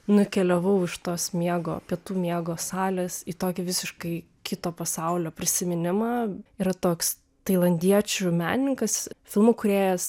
nukeliavau iš tos miego pietų miego salės į tokį visiškai kito pasaulio prisiminimą yra toks tailandiečių menininkas filmų kūrėjas